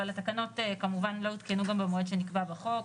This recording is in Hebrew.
אבל התקנות כמובן לא הותקנו גם במועד שנקבע בחוק.